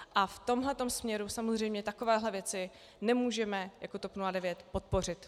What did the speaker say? A v tomhle tom směru samozřejmě takové věci nemůžeme jako TOP 09 podpořit.